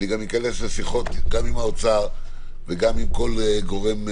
ואני אכנס לשיחות גם עם האוצר וגם עם כל גורם.